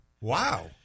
wow